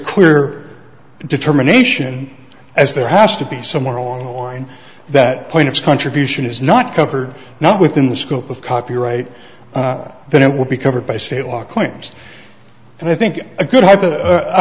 clear determination as there has to be somewhere along the line that point of contribution is not covered not within the scope of copyright but it will be covered by state law questions and i think a good